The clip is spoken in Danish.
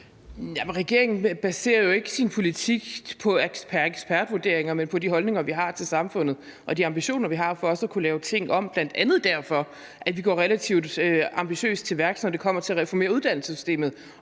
regeringen baserer jo ikke sin politik på ekspertvurderinger, men på de holdninger, vi har til samfundet, og de ambitioner, vi har, for også at kunne lave ting om, og det er bl.a. derfor, at vi går relativt ambitiøst til værks, når det kommer til at reformere uddannelsessystemet,